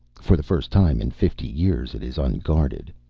for the first time in fifty years it is unguarded.